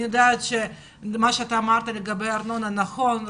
אני יודעת שמה שאתה אמרת לגבי ארנונה, זה נכון.